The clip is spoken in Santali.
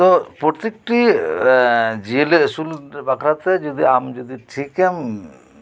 ᱛᱳ ᱯᱨᱚᱛᱮᱠ ᱴᱤ ᱡᱤᱭᱟᱹᱞᱤ ᱟᱹᱥᱩᱞ ᱵᱟᱠᱷᱟᱨᱟ ᱛᱮ ᱡᱩᱫᱤ ᱟᱢ ᱡᱩᱫᱤ ᱴᱷᱤᱠᱮᱢ